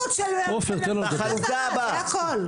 זה תרומות של מדינה זרה, זה הכול.